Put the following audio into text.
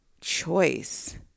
choice